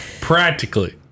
Practically